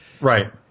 Right